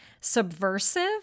subversive